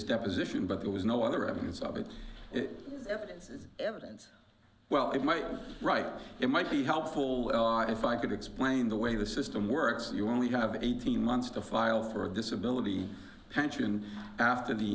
deposition but there was no other evidence of it it evidences evidence well it might write it might be helpful if i could explain the way the system works you only have eighteen months to file for disability pension after the